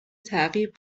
تعقیب